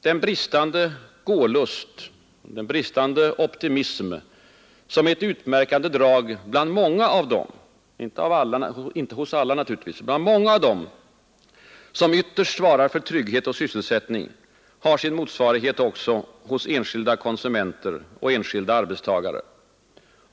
Den bristande gålust och den bristande optimism, som är ett utmärkande drag bland många av dem — inte hos alla naturligtvis — som ytterst svarar för trygghet och sysselsättning, har sin motsvarighet hos enskilda konsumenter och enskilda arbetstagare.